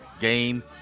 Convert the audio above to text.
game